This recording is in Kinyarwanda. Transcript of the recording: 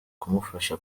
kumufasha